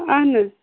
آہَن حظ